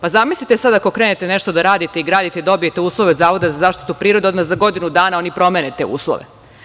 Zamislite sada, ako krenete nešto da radite i gradite i dobijete uslove od Zavoda za zaštitu prirode i onda oni za godinu dana promene te uslove?